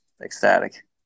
ecstatic